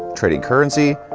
trading currency,